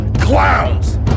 clowns